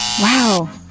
Wow